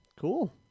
Cool